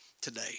today